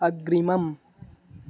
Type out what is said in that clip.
अग्रिमम्